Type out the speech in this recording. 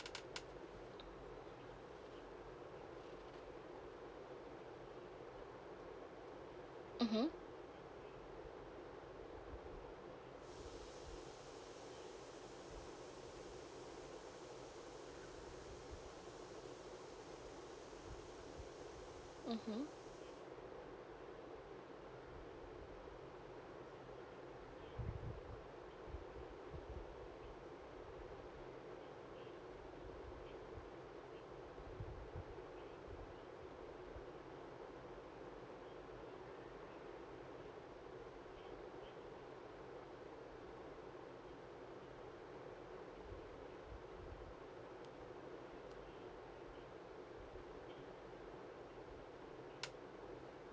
mmhmm mmhmm